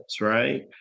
right